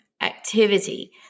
activity